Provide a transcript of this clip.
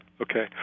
Okay